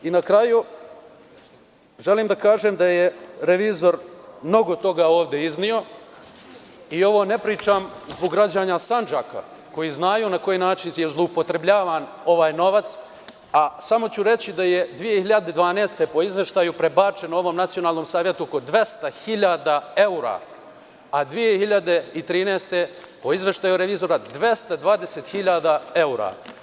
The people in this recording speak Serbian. Na kraju želim da kažem da je revizor mnogo toga ovde izneo i ovo ne pričam zbog građana Sandžaka koji znaju na koji način je zloupotrebljavan ovaj novac, a samo ću reći da je 2012. godine po izveštaju prebačeno ovom Nacionalnom savetu oko 200.000 evra, a 2013. godine po izveštaju revizora 220.000 evra.